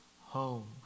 home